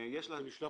יש לנישום